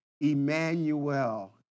Emmanuel